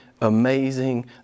amazing